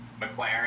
McLaren